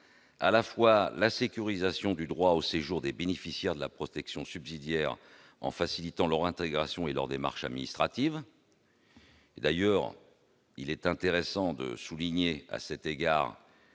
lieu, on sécurise le droit au séjour des bénéficiaires de la protection subsidiaire en facilitant leur intégration et leurs démarches administratives. Il est d'ailleurs intéressant de souligner à cet égard,